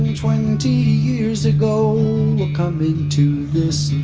twenty years ago coming to this